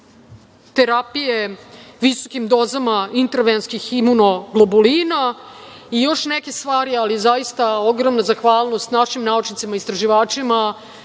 terapije visokim dozama intravenskih imunoglobolina i još neke stvari, ali zaista ogromna zahvalnost našim naučnicima, istraživačima,